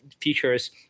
features